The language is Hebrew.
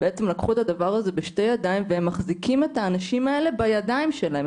לקחו את הדבר הזה בשתי ידיים והם מחזיקים את האנשים האלה בידיים שלהם,